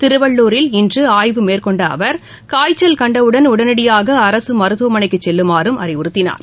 திருவள்ளுரில் இன்றுஆய்வு மேற்கொண்டதிருராதாகிருஷ்ணன் காய்ச்சல் கண்டவுடன் உடனடியாகஅரசுமருத்துவமனைக்குசெல்லுமாறுஅறிவுறுத்தினார்